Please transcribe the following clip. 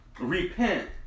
Repent